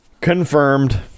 confirmed